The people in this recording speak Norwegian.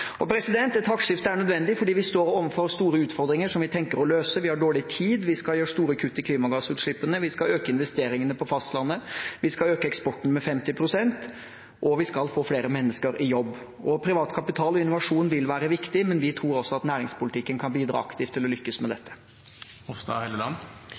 Et taktskifte er nødvendig fordi vi står overfor store utfordringer som vi tenker å løse. Vi har dårlig tid. Vi skal gjøre store kutt i klimagassutslippene, vi skal øke investeringene på fastlandet, vi skal øke eksporten med 50 pst., og vi skal få flere mennesker i jobb. Privat kapital og innovasjon vil være viktig, men vi tror også at næringspolitikken kan bidra aktivt til å lykkes med